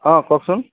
অঁ কওকচোন